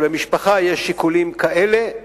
שלמשפחה יש שיקולים כאלה,